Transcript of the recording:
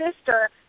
sister